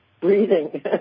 Breathing